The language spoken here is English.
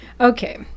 Okay